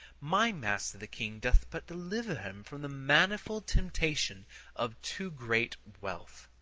my master the king doth but deliver him from the manifold temptations of too great wealth.